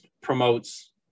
promotes